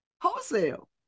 Wholesale